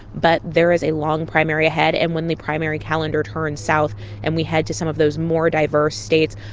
but there is a long primary ahead. and when the primary calendar turns south and we head to some of those more diverse states,